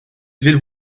villes